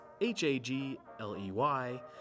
H-A-G-L-E-Y